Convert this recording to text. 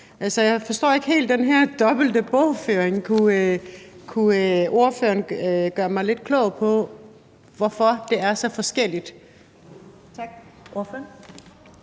Jeg forstår ikke helt den her dobbelte bogføring. Kunne ordføreren gøre mig klog på, hvorfor det er så forskelligt? Kl. 19:12